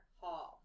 hall